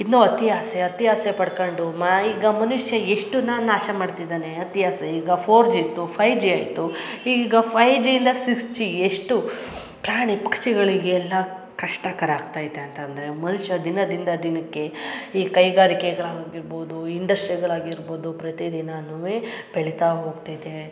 ಇನ್ನು ಅತಿ ಆಸೆ ಅತಿ ಆಸೆ ಪಟ್ಕೊಂಡು ಈಗ ಮನುಷ್ಯ ಎಷ್ಟು ನಾಶ ಮಾಡ್ತಿದ್ದಾನೆ ಅತಿ ಆಸೆ ಈಗ ಫೋರ್ ಜಿ ಇತ್ತು ಫೈವ್ ಜಿ ಆಯಿತು ಈಗ ಫೈವ್ ಜಿಯಿಂದ ಸಿಕ್ಸ್ ಜಿ ಎಷ್ಟು ಪ್ರಾಣಿ ಪಕ್ಷಿಗಳಿಗೆಲ್ಲ ಕಷ್ಟಕರ ಆಗ್ತಾ ಇದೆ ಅಂತ ಅಂದರೆ ಮನುಷ್ಯ ದಿನದಿಂದ ದಿನಕ್ಕೆ ಈ ಕೈಗಾರಿಕೆಗಳಾಗಿರ್ಬೋದು ಇಂಡಸ್ಟ್ರಿಗಳಾಗಿರ್ಬೋದು ಪ್ರತಿ ದಿನಾನು ಬೆಳಿತಾ ಹೋಗ್ತೈತೆ